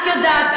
את יודעת,